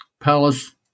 palace